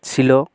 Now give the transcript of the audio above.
ছিলো